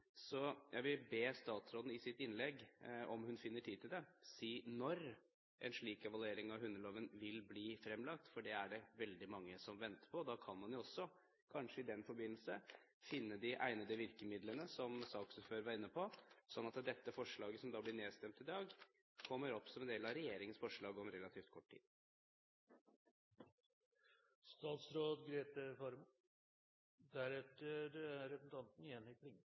Jeg vil be statsråden i sitt innlegg – om hun finner tid til det – si når en slik evaluering av hundeloven vil bli fremlagt, for det er det veldig mange som venter på. Da kan man kanskje i den forbindelse finne de egnede virkemidlene, som saksordføreren var inne på, slik at dette forslaget som blir nedstemt i dag, kommer opp som en del av regjeringens forslag om relativt kort tid.